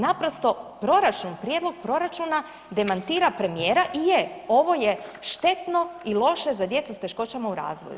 Naprosto proračun, prijedlog proračuna demantira premijera i je, ovo je štetno i loše za djecu s teškoćama u razvoju.